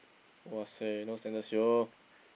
!wahseh! no standard [sio]